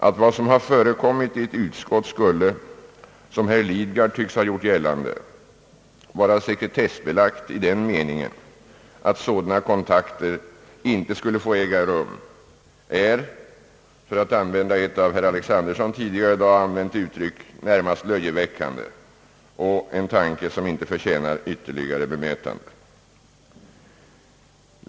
Att vad som har förekommit i eti utskott skulle, som herr Lidgard tycks ha gjort gällande, vara sekretessbelagt i den meningen att sådana kontakter inte skulle få äga rum är, för att använda ett av herr Alexandersons tidigare i dag använt uttryck, närmast löjeväckande och en tanke som inte förtjänar ytterligare bemötande.